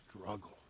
struggle